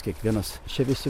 kiekvienas čia visi